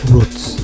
Roots